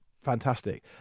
fantastic